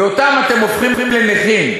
ואותם אתם הופכים לנכים.